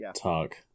talk